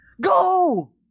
Go